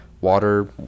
water